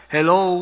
Hello